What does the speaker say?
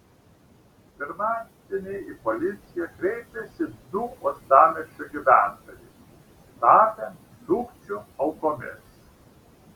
pirmadienį į policiją kreipėsi du uostamiesčio gyventojai tapę sukčių aukomis